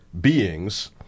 Beings